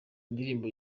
indirimbo